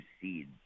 seeds